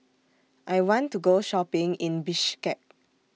I want to Go Shopping in Bishkek